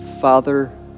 Father